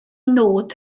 nod